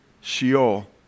Sheol